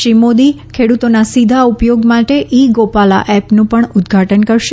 શ્રી મોદી ખેડૂતોના સીધા ઉપયોગ માટે ઇ ગોપાલા એપનું પણ ઉદઘાટન કરશે